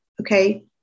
okay